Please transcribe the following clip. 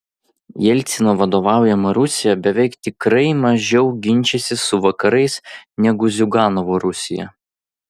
jelcino vadovaujama rusija beveik tikrai mažiau ginčysis su vakarais negu ziuganovo rusija